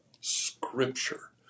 Scripture